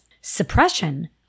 Suppression